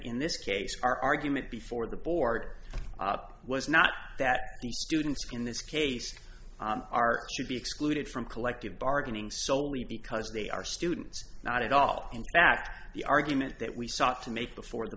in this case our argument before the board was not that the students in this case are to be excluded from collective bargaining solely because they are students not at all in fact the argument that we sought to make before the